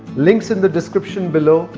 links in the description below.